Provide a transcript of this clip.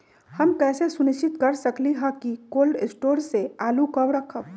हम कैसे सुनिश्चित कर सकली ह कि कोल शटोर से आलू कब रखब?